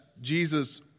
Jesus